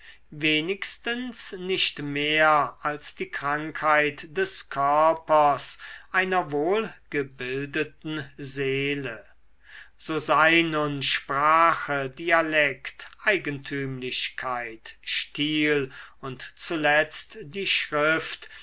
wenigstens nicht mehr als die krankheit des körpers einer wohlgebildeten seele so sei nun sprache dialekt eigentümlichkeit stil und zuletzt die schrift